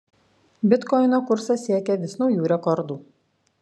bitkoino kursas siekia vis naujų rekordų